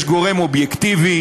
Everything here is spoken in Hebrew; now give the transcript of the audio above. יש גורם אובייקטיבי,